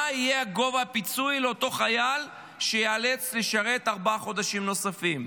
יהיה גובה הפיצוי לאותו חייל שייאלץ לשרת ארבעה חודשים נוספים.